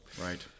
Right